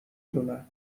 دونن